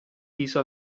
viso